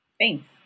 Thanks